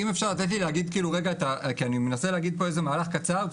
אני מנסה להגיד פה מהלך קצר,